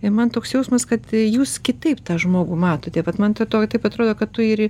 ir man toks jausmas kad jūs kitaip tą žmogų matote vat man to taip atrodo kad tu ir